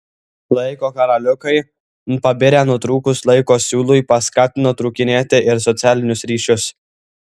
laiko karoliukai pabirę nutrūkus laiko siūlui paskatino trūkinėti ir socialinius ryšius